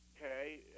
Okay